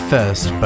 First